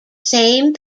same